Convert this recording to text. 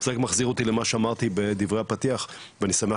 זה מחזיר אותי למה שאמרתי בפתיח ואני שמח